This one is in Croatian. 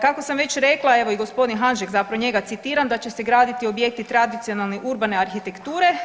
Kako sam već rekla evo i gospodin Hanžek zapravo njega citiram da će se graditi objekti tradicionalne, urbane arhitekture.